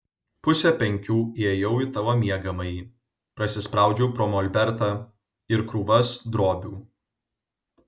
pusę penkių įėjau į tavo miegamąjį prasispraudžiau pro molbertą ir krūvas drobių